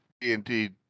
indeed